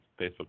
Facebook